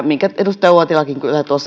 minkä edustaja uotilakin